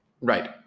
right